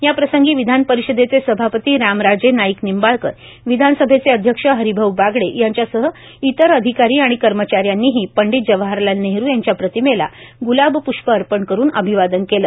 याप्रसंगी विधानपरिषदेचे सभापती रामराजे नाईक निंबाळकर विधानसभेचे अध्यक्ष हरिभाऊ बागडे यांच्यासह इतर अधिकारी आणि कर्मचाऱ्यांनीही पंडित जवाहरलाल नेहरु यांच्या प्रतिमेला ग्लाबप्ष्प अर्पण करुन अभिवादन केले